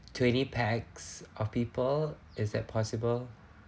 twenty pax of people is that possible